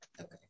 Okay